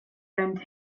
around